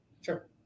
Sure